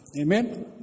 Amen